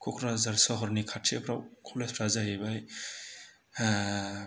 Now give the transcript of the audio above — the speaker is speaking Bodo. क'क्राझार सहरनि खाथिफोराव कलेज फोरा जाहैबाय